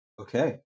Okay